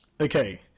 Okay